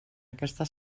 aquesta